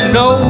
no